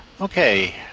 Okay